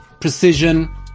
precision